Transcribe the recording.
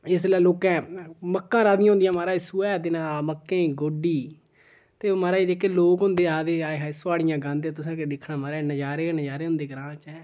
इसलै लोकें मक्का राही दियां होंदियां माराज सोहै दिनें मक्कें दी गोड्डी ते माराज जेह्के ओह् लोक होंदे आखदे हाय हाय सुहाड़ियां गांदे तुसें केह् दिक्खना माराज नजारे गै नजारे होंदे ग्रांऽ ऐं